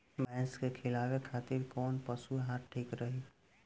भैंस के खिलावे खातिर कोवन पशु आहार ठीक रही?